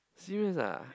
serious ah